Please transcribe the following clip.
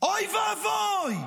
אוי ואבוי,